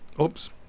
Oops